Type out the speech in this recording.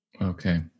Okay